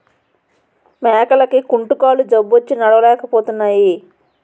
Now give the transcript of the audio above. మేకలకి కుంటుకాలు జబ్బొచ్చి నడలేపోతున్నాయి